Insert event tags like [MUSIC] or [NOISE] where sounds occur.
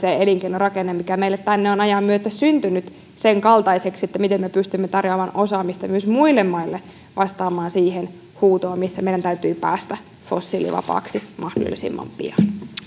[UNINTELLIGIBLE] se elinkeinorakenne mikä meille tänne on ajan myötä syntynyt sen kaltaiseksi että me pystymme tarjoamaan osaamista myös muille maille vastaamaan siihen huutoon missä meidän täytyy päästä fossiilivapaaksi mahdollisimman pian